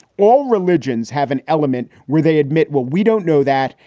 all religions have an element where they admit, well, we don't know that,